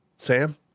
Sam